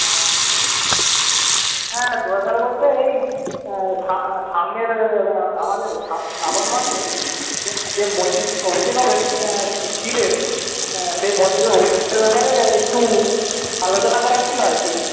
হ্যাঁ হ্যাঁ দরকার বলতে এই সামনের আমাদের শ্রাবণ মাসে যে মন্দিরটার অভিষেক হবে শিবের সেই মন্দিরের অভিষেকের ব্যাপারে একটু আলোচনা করার ছিল আরকি